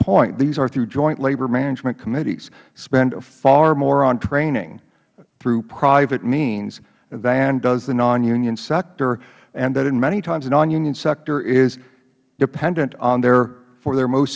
point these are through joint labor management committees spend far more on training through private means than does the non union sector and that in many times the non union sector is dependent on their for their most